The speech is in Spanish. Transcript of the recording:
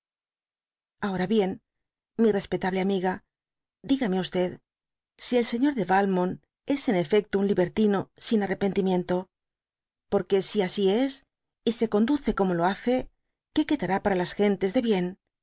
ahora bien mi respetable amiga digame t si el sefior de yalmont es en efecto un libertino sin arrepentimiento por que si así es y se conduce como lo hace qué quedará para las gentes da bien